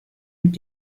mit